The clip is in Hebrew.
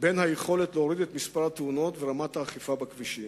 בין היכולת להפחית את מספר התאונות ובין רמת האכיפה בכבישים.